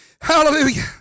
hallelujah